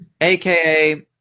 AKA